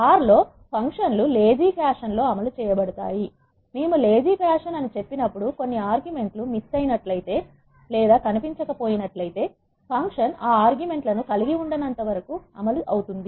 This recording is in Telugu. ఆర్ R లో ఫంక్షన్ లు లేజీ ఫ్యాషన్ లో అమలు చేయబడతాయి మేము లేజీ ఫ్యాషన్ అని చెప్పినప్పుడు కొన్ని ఆర్గుమెంట్ లు మిస్ అయినట్లయితే లేదా కనిపించక పోయినట్లయితేఫంక్షన్ ఆ ఆర్గ్యుమెంట్ లను కలిగి ఉండనంతవరకు ఫంక్షన్ అమలు అవుతుంది